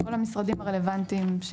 זה כל המשרדים הרלוונטיים,